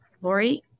Lori